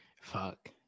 Fuck